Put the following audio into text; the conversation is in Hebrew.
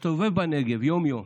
מסתובב בנגב יום-יום: